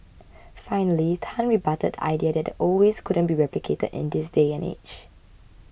finally Tan rebutted the idea that the old ways couldn't be replicated in this day and age